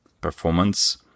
performance